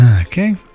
Okay